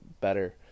better